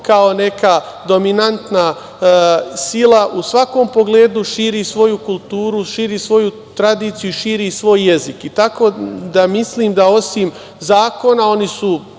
kao neka dominantna sila u svakom pogledu širi svoju kulturu, širi svoju tradiciju i širi i svoj jezik i tako da mislim da, osim zakona, oni su